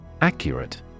Accurate